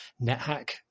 nethack